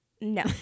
No